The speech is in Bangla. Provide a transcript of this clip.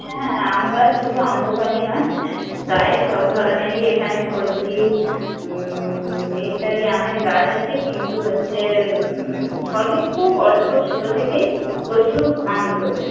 হ্যাঁ হ্যাঁ আমগাছ শুধু আম্রপালি নয় প্রায় সব ধরনেরই এখানে ফজলি ইত্যাদি আমের গাছ আছে কিন্তু হচ্ছে সবই খুব অল্প ছোটো থেকেই প্রচুর আম ধরবে